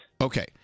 Okay